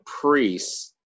priests